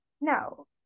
No